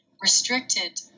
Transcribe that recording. restricted